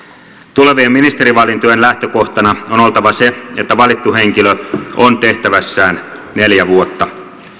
tulevien ministerivalintojen lähtökohtana on oltava se että valittu henkilö on tehtävässään neljä vuotta